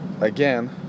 again